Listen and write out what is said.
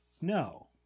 No